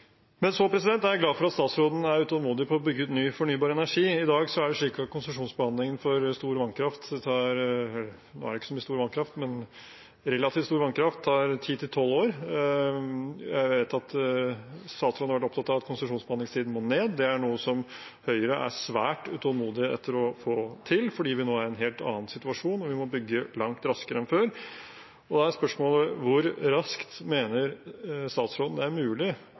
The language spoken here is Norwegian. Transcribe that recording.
men relativt stor vannkraft – tar ti til tolv år. Jeg vet at statsråden har vært opptatt av at konsesjonsbehandlingstiden må ned. Det er noe som Høyre er svært utålmodig etter å få til, fordi vi nå er i en helt annen situasjon, og vi må bygge langt raskere enn før. Da er spørsmålet: Hvor raskt mener statsråden det er mulig